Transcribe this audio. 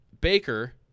Baker